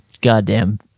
goddamn